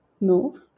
No